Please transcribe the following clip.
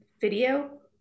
video